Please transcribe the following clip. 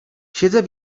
siedzę